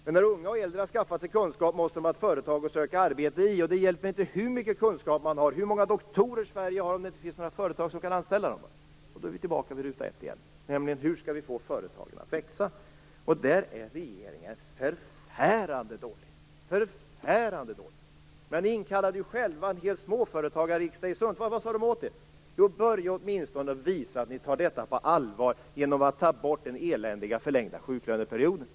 Men när unga och äldre har skaffat sig kunskap måste de ha ett företag att söka arbete i. Det hjälper inte hur mycket kunskap och hur många doktorer Sverige har om det inte finns några företag som kan anställa. Då är vi tillbaka vid ruta ett igen: Hur skall vi få företagen att växa. Regeringen är förfärande dålig på det. Ni inkallade ju själva en hel småföretagarriksdag i Sundsvall. Vad sa de åt er? Jo, de sa: Börja åtminstone att visa att ni tar detta på allvar genom att ta bort den eländiga förlängda sjuklöneperioden.